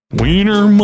wiener